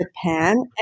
Japan